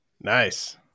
Nice